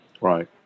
Right